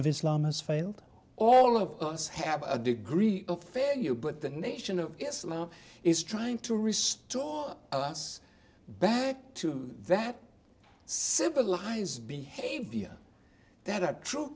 of islam has failed all of us have a degree of fair you but the nation of islam is trying to restore us back to that civilized behavior that a true